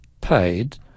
paid